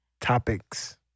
Topics